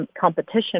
competition